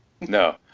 No